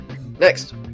Next